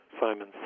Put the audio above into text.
Simon